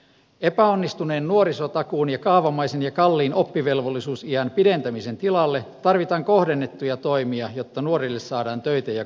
epäonnistuneen nuorisotakuun ja kaavamaisen ja kalliin oppivelvollisuusiän pidentämisen tilalle tarvitaan kohdennettuja toimia jotta nuorille saadaan töitä ja koulutusta